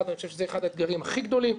אני חושב שזה אחד האתגרים הכי גדולים.